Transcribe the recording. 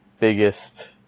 biggest